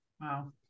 Wow